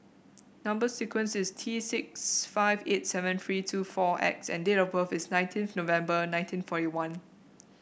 number sequence is T six five eight seven three two four X and date of birth is nineteenth November nineteen forty one